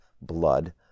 blood